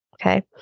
Okay